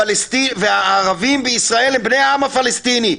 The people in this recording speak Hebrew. הערבים בישראל הם בני העם הפלסטיני.